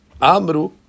Amru